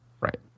Right